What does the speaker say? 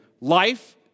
Life